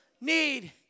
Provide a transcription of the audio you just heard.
need